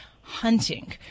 hunting